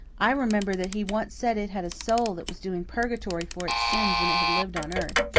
i remember that he once said it had a soul that was doing purgatory for its sins when it had lived on earth.